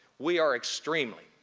we are extremely,